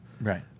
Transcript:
Right